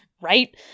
Right